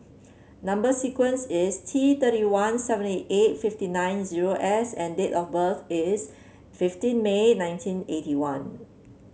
number sequence is T thirty one seventy eight fifty nine zero S and date of birth is fifteen May nineteen eighty one